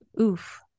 Oof